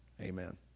Amen